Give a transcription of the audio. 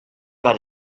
got